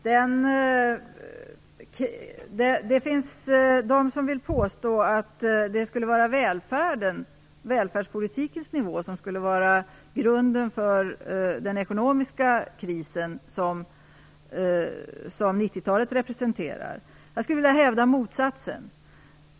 Herr talman! Det finns de som vill påstå att välfärdspolitikens nivå skulle vara grunden för den ekonomiska kris som funnits under 90-talet. Jag skulle vilja hävda motsatsen.